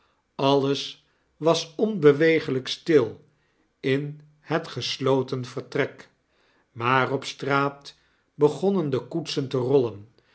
alles was onbeweeglijk stil in het gesloten vertrek maar op straat begonnen de koetsen te rollen